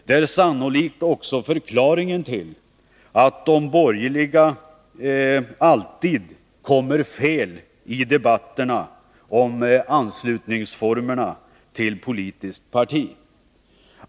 Detta är sannolikt också förklaringen till att de borgerliga alltid kommer fel i debatterna om formerna för anslutning till politiskt parti.